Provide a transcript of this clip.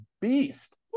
beast